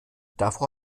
davor